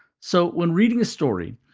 so, when reading a story,